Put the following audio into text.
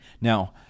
Now